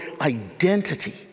identity